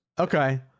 okay